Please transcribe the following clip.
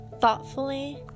thoughtfully